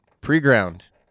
pre-ground